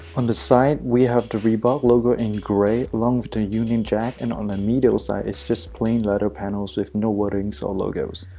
on the side we have the reebok logo in grey, along with a union jack, and on the medial side it's just plain leather panels with no wordings or logos.